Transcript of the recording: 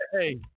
hey